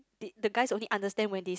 th~ the guys only understand when they